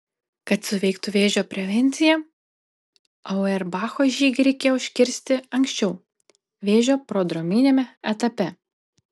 kad suveiktų vėžio prevencija auerbacho žygį reikėjo užkirsti anksčiau vėžio prodrominiame etape